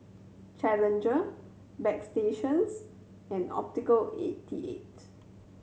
Challenger Bagstationz and Optical eighty eight